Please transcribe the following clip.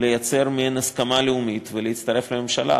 לייצר מעין הסכמה לאומית ולהצטרף לממשלה,